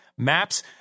MAPS